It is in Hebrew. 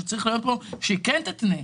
שצריך לכתוב פה שהיא כן תתנה,